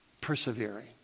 persevering